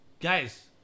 Guys